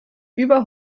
über